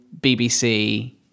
BBC